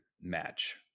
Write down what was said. match